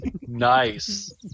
nice